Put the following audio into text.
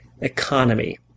economy